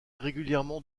régulièrement